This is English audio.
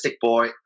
boy